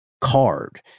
card